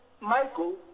Michael